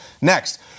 Next